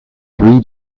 three